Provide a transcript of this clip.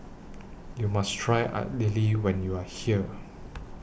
YOU must Try Idili when YOU Are here